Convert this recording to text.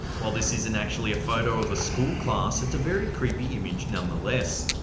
while this isn't actually a photo of a school class, it's a very creepy image none the less.